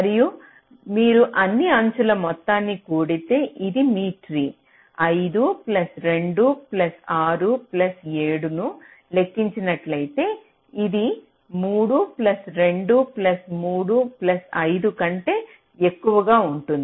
మరియు మీరు అన్ని అంచుల మొత్తాన్ని కూడితే ఇది మీ ట్రీ 5 ప్లస్ 2 ప్లస్ 6 ప్లస్ 7 ను లెక్కించినట్లయితే ఇది 3 ప్లస్ 2 ప్లస్ 3 ప్లస్ 5 కంటే ఎక్కువగా ఉంటుంది